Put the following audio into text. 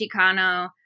Chicano